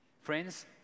Friends